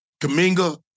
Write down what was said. Kaminga